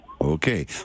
Okay